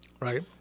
Right